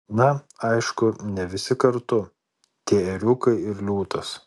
na aišku ne visi kartu tie ėriukai ir liūtas